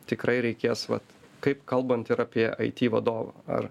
tikrai reikės vat kaip kalbant ir apie aiti vadovą ar